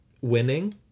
Winning